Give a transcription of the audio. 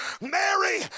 Mary